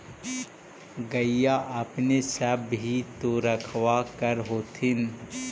गईया अपने सब भी तो रखबा कर होत्थिन?